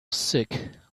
sick